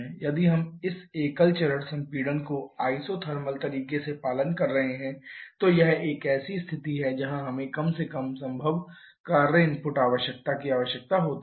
यदि हम इस एकल चरण संपीड़न को इज़ोटेर्मल तरीके से पालन कर रहे हैं तो यह एक ऐसी स्थिति है जहां हमें कम से कम संभव कार्य इनपुट आवश्यकता की आवश्यकता होती है